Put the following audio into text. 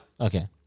Okay